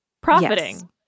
Profiting